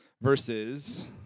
versus